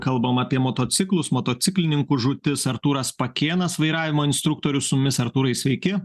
kalbam apie motociklus motociklininkų žūtis artūras pakėnas vairavimo instruktorius su mumis artūrai sveiki